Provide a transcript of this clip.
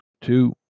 two